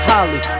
Holly